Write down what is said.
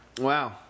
Wow